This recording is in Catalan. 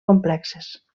complexes